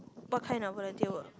what kind of volunteer work